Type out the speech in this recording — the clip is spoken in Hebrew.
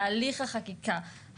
תהליך החקיקה,